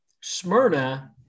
Smyrna